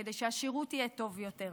כדי שהשירות יהיה טוב יותר.